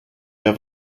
have